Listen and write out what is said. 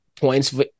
points